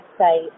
website